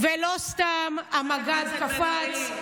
ולא סתם המג"ד קפץ.